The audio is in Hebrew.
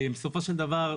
בסופו של דבר,